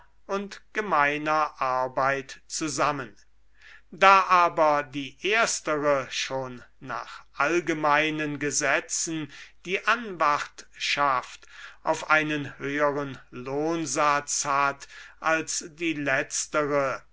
und gemeiner arbeit zusammen da aber die erstere schon nach allgemeinen gesetzen die anwartschaft auf einen höheren lohnsatz hat als die letztere